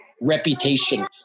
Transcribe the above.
Reputation